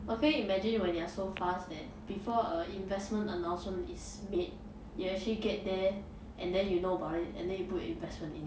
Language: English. !wah! can you imagine when you're so fast that before a investment announcement is made you actually get there and then you know about it and then you put your investment in